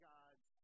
God's